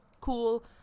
cool